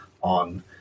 on